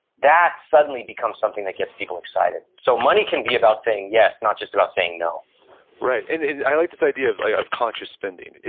that suddenly becomes something that gets people excited. so money can be about saying yes, not just about saying no right, and i like this idea of of conscious spending.